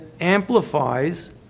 amplifies